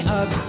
up